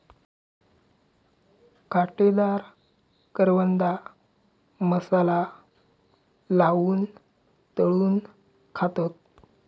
काटेदार करवंदा मसाला लाऊन तळून खातत